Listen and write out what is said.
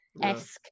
esque